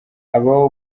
habaho